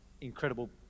incredible